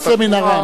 נעשה מנהרה.